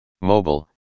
Mobile